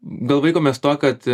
gal vaikomės tuo kad